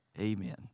Amen